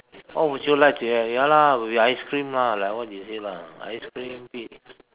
what would you like to have ya lah will be ice cream lah like what you say lah ice cream pea~